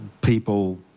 people